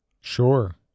Sure